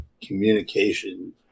communication